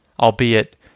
albeit